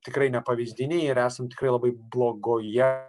tikrai nepavyzdiniai ir esam tikrai labai blogoje